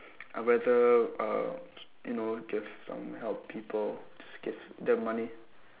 I rather uh you know give some help people just give them money